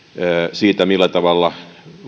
siitä millä tavalla ruotsalaisen